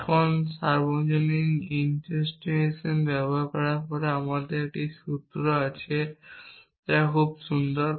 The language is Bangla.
এখন সার্বজনীন ইনস্ট্যান্টিয়েশন ব্যবহার করার পরে আমার কাছে একটি সূত্র আছে যা খুব সুন্দর